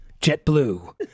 JetBlue